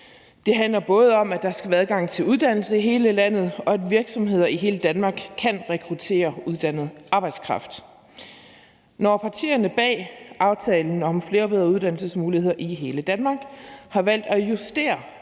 Det handler både om, at der skal være adgang til uddannelse i hele landet, og at virksomheder i hele Danmark kan rekruttere uddannet arbejdskraft. Når partierne bag aftalen om »Flere og bedre uddannelsesmuligheder i hele Danmark« har valgt at justere